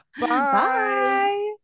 Bye